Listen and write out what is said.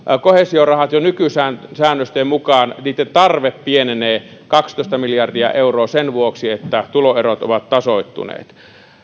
tarve jo nykysäännösten mukaan pienenee kaksitoista miljardia euroa sen vuoksi että tuloerot ovat tasoittuneet